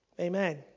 Amen